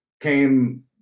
came